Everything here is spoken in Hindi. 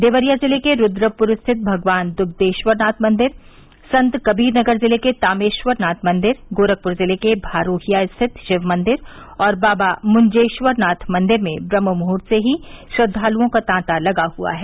देवरिया जिले के रूद्रपुर स्थित भगवान दुग्धेश्वरनाथ मंदिर संत कबीर नगर जिले के तामेश्वरनाथ मंदिर गोरखपुर जिले के भरोहिया स्थित शिवमंदिर और बाबा मुंजेश्वरनाथ मंदिर में ब्रम्हमुहूर्त से ही श्रद्वालुओं का तांता लगा हुआ है